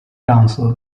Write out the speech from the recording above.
council